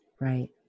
Right